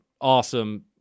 awesome